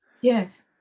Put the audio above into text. Yes